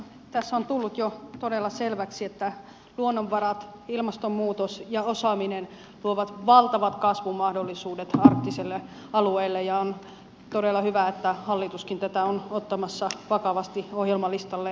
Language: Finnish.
tässä on tullut jo todella selväksi että luonnonvarat ilmastonmuutos ja osaaminen luovat valtavat kasvun mahdollisuudet arktiselle alueelle ja on todella hyvä että hallituskin tätä on ottamassa vakavasti ohjelmalistalleen